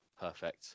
Perfect